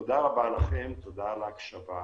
תודה רבה לכם, תודה על ההקשבה,